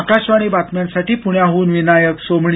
आकाशवाणी बातम्यांसाठी पुण्याहून विनायक सोमणी